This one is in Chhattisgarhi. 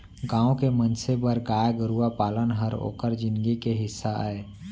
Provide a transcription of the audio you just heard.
गॉँव के मनसे बर गाय गरूवा पालन हर ओकर जिनगी के हिस्सा अय